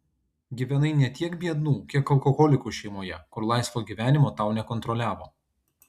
gyvenai ne tiek biednų kiek alkoholikų šeimoje kur laisvo gyvenimo tau nekontroliavo